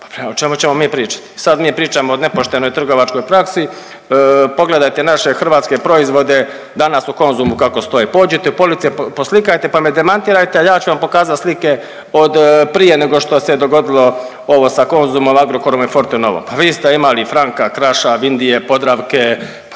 Pa o čemu ćemo mi pričati? Sad mi pričamo o nepoštenoj trgovačkoj praksi, pogledajte naše hrvatske proizvode danas u Konzumu kako stoje. Pođite, police poslikajte pa me demantirajte, ali ja ću van pokazati slike od prije nego što se je dogodilo ovo sa Konzumom, Agrokorom i Fortenovom. Pa vi ste imali Francka, Kraša, Vindije, Podravke,